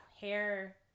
hair